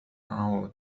أعود